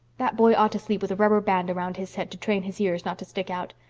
that boy ought to sleep with a rubber band around his head to train his ears not to stick out.